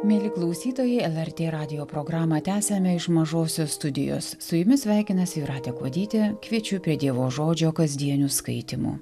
mieli klausytojai lrt radijo programą tęsiame iš mažosios studijos su jumis sveikinasi jūratė kuodytė kviečiu prie dievo žodžio kasdienių skaitymų